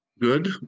good